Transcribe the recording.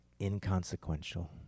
inconsequential